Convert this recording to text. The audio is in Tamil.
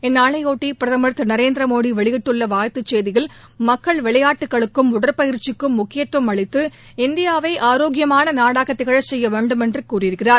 இந்நாளையொட்டி பிரதமர் திரு நரேந்திரமோடி வெளியிட்டுள்ள வாழ்த்துச் செய்தியில் மக்கள் விளையாட்டுகளுக்கும் உடற்பயிற்சிக்கும் முக்கியத்துவம் அளித்து இந்தியாவை ஆரோக்கியமான நாடாக திகழ்ச் செய்ய வேண்டுமென்று கூறியிருக்கிறார்